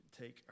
take